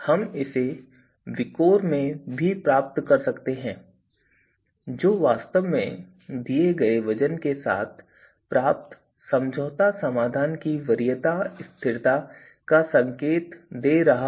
हम इसे विकोर में भी प्राप्त कर सकते हैं जो वास्तव में दिए गए वज़न के साथ प्राप्त समझौता समाधान की वरीयता स्थिरता का संकेत दे रहा है